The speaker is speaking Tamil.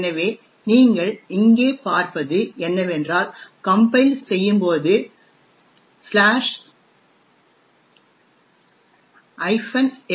எனவே நீங்கள் இங்கே பார்ப்பது என்னவென்றால் கம்பைல் செய்யும் போது L